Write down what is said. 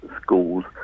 schools